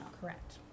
Correct